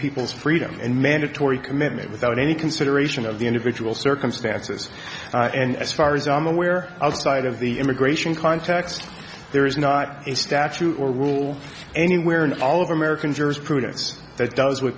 people's freedom and mandatory commitment without any consideration of the individual circumstances and as far as i'm aware outside of the immigration context there is not a statute or rule anywhere in all of americans or as prudence th